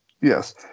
Yes